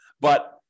But-